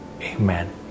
amen